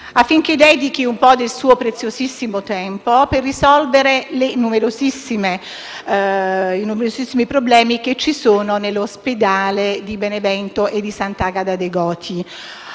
affinché dedichi un po' del suo preziosissimo tempo per risolvere i numerosissimi problemi dell'Ospedale di Benevento e di quello di Sant'Agata dei Goti.